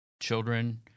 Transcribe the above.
children